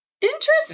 Interesting